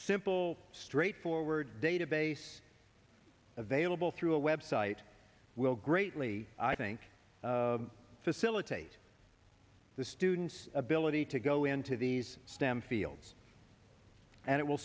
simple straightforward database available through a website will greatly i think facilitate the student's ability to go into these stem fields and it will